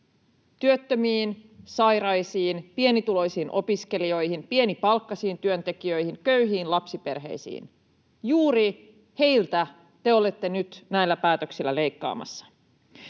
työttömiin, sairaisiin, pienituloisiin opiskelijoihin, pienipalkkaisiin työntekijöihin, köyhiin lapsiperheisiin — juuri heiltä te olette nyt näillä päätöksillä leikkaamassa.